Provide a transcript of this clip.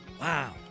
Wow